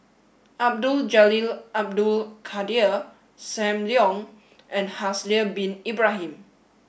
Abdul Jalil Abdul Kadir Sam Leong and Haslir bin Ibrahim